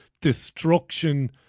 destruction